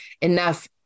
enough